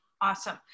awesome